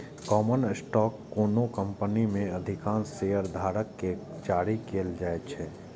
common stock कोनो company मे अधिकांश शेयरधारक कें जारी कैल जाइ छै